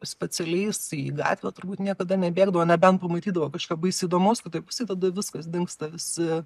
specialiai jis į gatvę turbūt niekada nebėgdavo nebent pamatydavo kažką baisiai įdomaus kitoj pusėj tada viskas dingsta visi